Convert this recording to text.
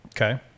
Okay